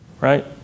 right